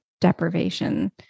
deprivation